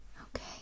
Okay